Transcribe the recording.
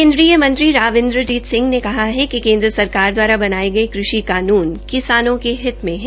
केन्द्रीय मंत्री राव इंद्रजीत सिंह ने कहा कि केन्द्र सरकार दवारा बनाये गये कृषि कानून किसानों के हित में है